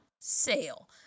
sale